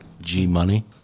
G-Money